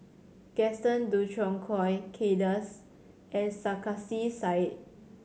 Gaston Dutronquoy Kay Das and Sarkasi Said